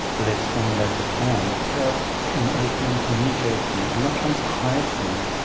let's formulate a plan. it's about being open and communicating and not trying to hide things.